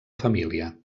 família